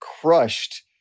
crushed